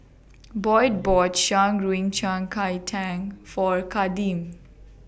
Boyd bought Shan Rui Yao Cai Tang For Kadeem